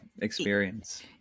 Experience